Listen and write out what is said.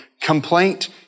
complaint